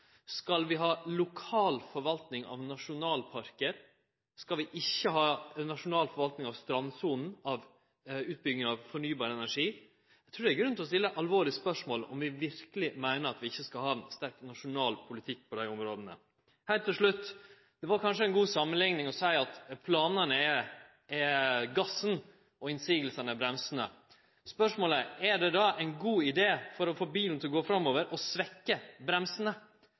skal ha lokal forvalting av nasjonalparker, skal vi ikkje ha nasjonal forvalting av strandsonen, av utbygging av fornybar energi. Eg trur det er grunn til å stille alvorlege spørsmål ved om vi verkeleg meiner at vi ikkje skal ha nokon sterk nasjonal politikk på dei områda. Heilt til slutt: Det var kanskje ei god samanlikning å seie at planane er gassen og motsegna er bremsane. Spørsmålet er: Er det då ein god idé å svekkje bremsane for å få bilen til å gå framover?